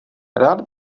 rád